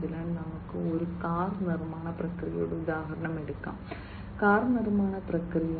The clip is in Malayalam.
അതിനാൽ നമുക്ക് ഒരു കാർ നിർമ്മാണ പ്രക്രിയയുടെ ഉദാഹരണം എടുക്കാം കാർ നിർമ്മാണ പ്രക്രിയ